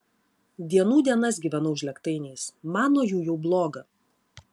dienų dienas gyvenau žlėgtainiais man nuo jų jau bloga